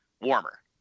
warmer